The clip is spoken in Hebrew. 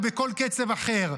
או בכל קצב אחר.